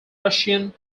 russian